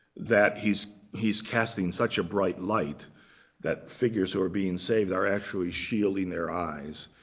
that he's he's casting such a bright light that figures who are being saved are actually shielding their eyes.